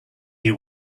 you